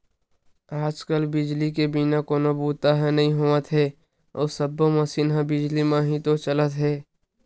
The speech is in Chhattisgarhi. आज कल बिजली के बिना कोनो बूता ह नइ होवत हे अउ सब्बो मसीन ह बिजली म ही तो चलत हे